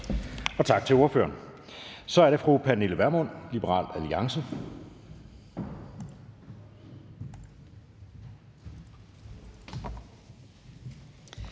Tak til ordføreren. Så er det fru Pernille Vermund, Liberal Alliance.